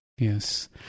Yes